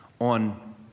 on